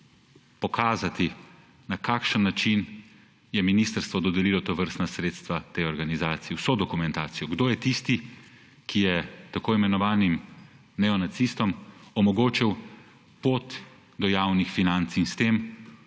pokazati, na kakšen način je ministrstvo dodelilo tovrstna sredstva tej organizaciji – vso dokumentacijo, kdo je tisti, ki je tako imenovanim neonacistom omogočil pot do javnih financ in s tem